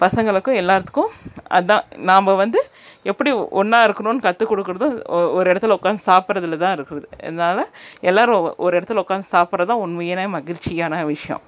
பசங்களுக்கும் எல்லாத்துக்கும் து தான் நாம்ம வந்து எப்படி ஒன்றா இருக்கணுன்னு கற்றுக் கொடுக்குறது ஒ ஒரு இடத்துல உட்காந்து சாப்பிட்றதுல தான் இருக்குது அதனால் எல்லோரும் ஒ ஒரு இடத்துல உட்காந்து சாப்பிட்ற தான் உண்மையான மகிழ்ச்சியான விஷயம்